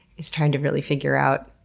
is trying to really figure out?